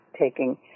taking